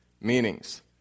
meanings